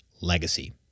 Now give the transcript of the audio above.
legacy